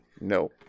no